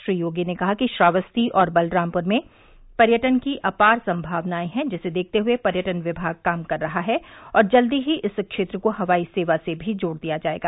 श्री योगी ने कहा कि श्रावस्ती और बलरामपुर में पर्यटन की अपार संभावनाएं है जिसे देखते हुए पर्यटन विभाग काम कर रहा है और जल्द ही इस क्षेत्र को हवाई सेवा से भी जोड़ दिया जायेगा